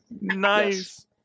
Nice